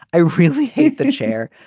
i really hate that share.